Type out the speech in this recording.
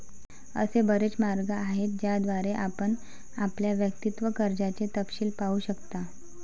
असे बरेच मार्ग आहेत ज्याद्वारे आपण आपल्या वैयक्तिक कर्जाचे तपशील पाहू शकता